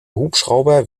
hubschrauber